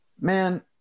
Man